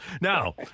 Now